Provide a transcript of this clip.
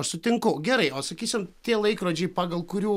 aš sutinku gerai o sakysim tie laikrodžiai pagal kurių